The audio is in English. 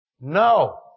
No